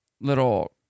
little